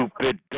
stupid